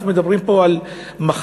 אנחנו מדברים פה על מחלות